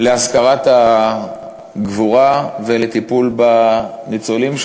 בעיקר להזכרת הגבורה ולטיפול בניצולים,